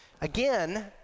again